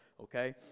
okay